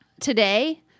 today